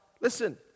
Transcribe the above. listen